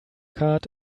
card